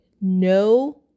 no